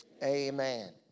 Amen